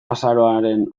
azaroaren